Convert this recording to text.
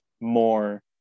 more